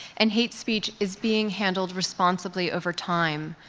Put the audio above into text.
and hate speech is being handled responsibly over time.